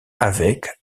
avec